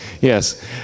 yes